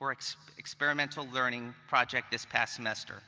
or experimental learning project this past semester.